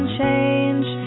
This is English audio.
change